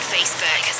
Facebook